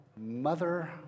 mother